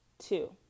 Two